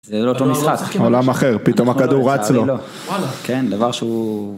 זה לא אותו משחק. עולם אחר, פתאום הכדור רץ לו. כן, דבר שהוא...